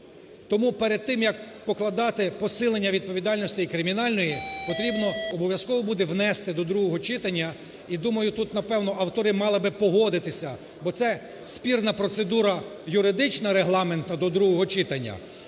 Тому, перед тим, як покладати посилення відповідальності кримінальної, потрібно обов'язково буде внести до другого читання, і думаю, тут, напевно, автори мали би погодитися, бо це спірна процедура юридична Регламенту до другого читання